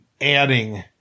adding